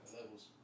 Levels